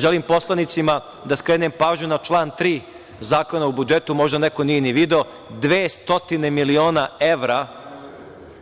Želim poslanicima da skrenem pažnju na član 3. Zakona o budžetu, možda niko nije ni video, 200 miliona evra